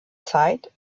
zeit